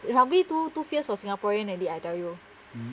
the rugby too too fierce for singaporean already I tell you